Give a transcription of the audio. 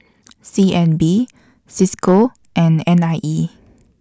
C N B CISCO and N I E